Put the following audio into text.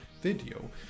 video